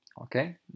okay